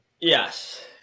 yes